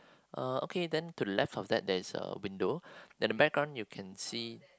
uh okay then to the left of that there is a window then the background you can see